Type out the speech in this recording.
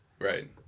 right